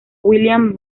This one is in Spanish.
william